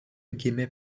gimė